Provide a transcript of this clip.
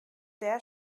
der